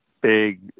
big